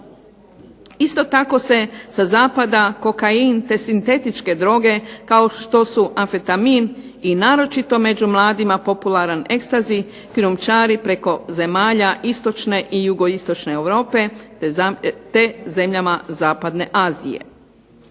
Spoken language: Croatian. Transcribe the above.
Isto tako se sa zapada kokain te sintetičke droge kao što su amfetamin i naročito među mladima popularan exctasy krijumčari preko zemalja istočne i jugoistočne Europe te zemljama zapadne Azije.